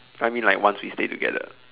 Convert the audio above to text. I mean like once we stay together